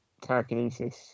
telekinesis